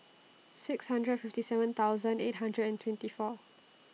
six hundred fifty seven thousand eight hundred and twenty four